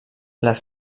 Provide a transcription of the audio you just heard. les